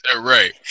Right